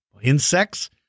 insects